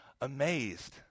amazed